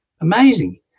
Amazing